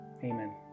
Amen